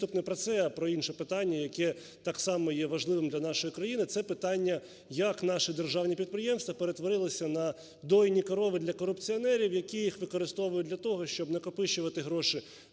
виступ не про це, а про інше питання, яке так само є важливим для нашої країни, це питання, як наші державні підприємства перетворилися на "дійні корови" для корупціонерів, які їх використовують для того, щоб накопичувати гроші